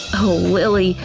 oh lily,